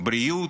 הבריאות?